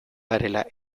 garela